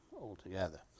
altogether